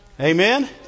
Amen